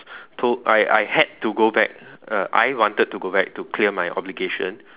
told I I had to go back uh I wanted to go back to clear my obligation